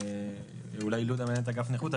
אולי ממנהלת אגף נכות.